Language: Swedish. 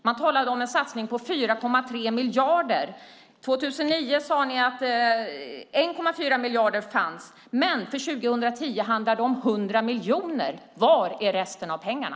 Man talade om en satsning på 4,3 miljarder. År 2009 sade ni att 1,4 miljarder fanns. Men för 2010 handlar det om 100 miljoner. Var är resten av pengarna?